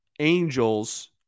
Angels